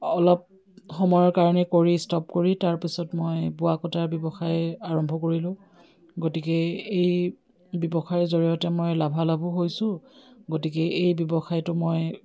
অলপ সময়ৰ কাৰণে কৰি ষ্টপ কৰি তাৰপিছত মই বোৱা কটাৰ ব্যৱসায় আৰম্ভ কৰিলোঁ গতিকে এই ব্যৱসায়ৰ জৰিয়তে মই লাভালাভো হৈছোঁ গতিকে এই ব্যৱসায়টো মই